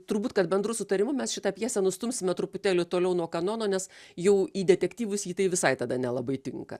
turbūt kad bendru sutarimu mes šitą pjesę nustumsime truputėlį toliau nuo kanono nes jau į detektyvus ji tai visai tada nelabai tinka